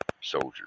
soldier